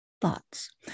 thoughts